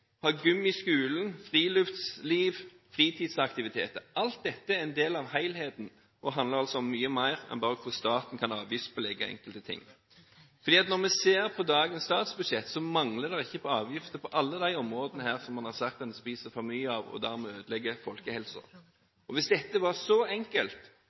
i skolen, friluftsliv, fritidsaktiviteter. Alt dette er en del av helheten, og handler altså om mye mer enn hvordan staten kan avgiftspålegge enkelte ting. Når vi ser på dagens statsbudsjett, mangler det ikke på avgifter på alle de områdene en har sagt at en spiser for mye av, og dermed ødelegger folkehelsen. Hvis dette var så enkelt